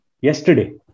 yesterday